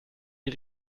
die